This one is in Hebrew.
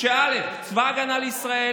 אני יודע שצבא ההגנה לישראל